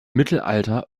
mittelalter